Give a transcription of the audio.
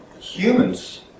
humans